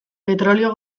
petrolio